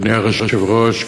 אדוני היושב-ראש,